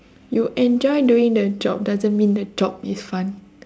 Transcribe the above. you enjoy doing the job doesn't mean the job is fun